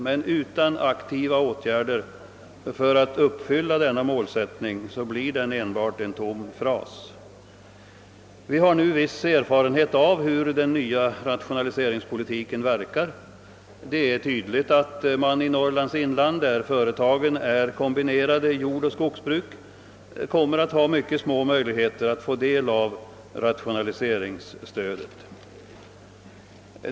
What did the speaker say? Men utan aktiva åtgärder för att uppfylla denna målsättning blir den enbart en tom fras. Vi har nu viss erfarenhet av hur den nya rationaliseringspolitiken verkar. Det är tydligt att man i Norrlands inland, där företagen är kombinerade jordoch skogsbruk, kommer att ha mycket små möjligheter att få del av rationaliseringsstödet.